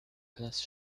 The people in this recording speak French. place